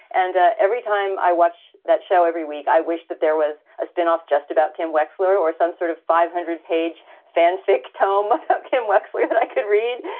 and ah every time i watch that show every week, i wish that there was a spinoff just about kim wexler or some sort of five hundred page fanfic tome of kim wexler that i could read.